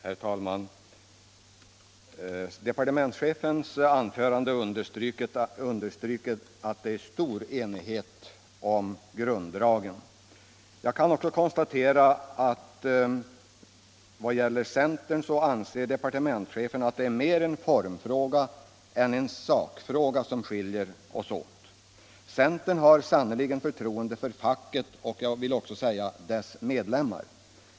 Herr talman! Departementschefens anföranden understryker att det råder stor enighet om grunddragen i denna reform. Jag kan också konstatera att departementschefen anser att det är mer en formfråga än en sakfråga när det gäller centerns uppfattning som skiljer oss åt. Centern har förtroende för facket, och jag vill också säga för dess medlemmar.